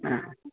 हा